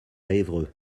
évreux